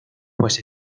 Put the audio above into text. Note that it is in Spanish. pues